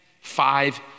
five